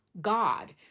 God